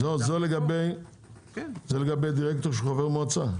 זה לגבי דירקטור שהוא חבר מועצה.